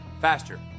faster